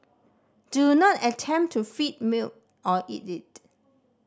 do not attempt to feed milk or eat it